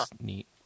neat